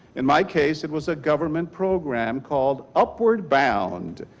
in my case it was a government program called upward brownd,